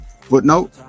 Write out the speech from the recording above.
Footnote